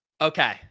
Okay